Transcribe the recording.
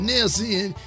Nelson